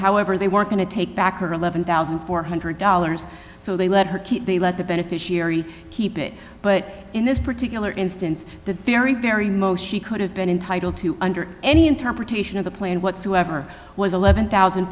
however they weren't going to take back her eleven thousand four hundred dollars so they let her keep they let the beneficiary keep it but in this particular instance the very very most she could have been entitle to under any interpretation of the plan whatsoever was eleven thousand